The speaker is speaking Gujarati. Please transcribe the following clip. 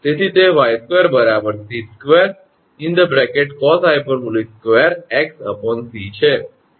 તેથી તે 𝑦2 𝑐2cosh2𝑥𝑐 છે